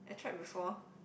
I tried before